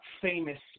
famous